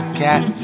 cat